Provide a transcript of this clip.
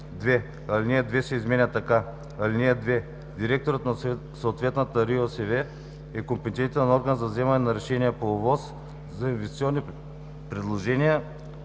Алинея 2 се изменя така: „(2) Директорът на съответната РИОСВ е компетентен орган за вземане на решение по ОВОС за инвестиционни предложения,